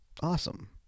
awesome